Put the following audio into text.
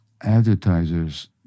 advertisers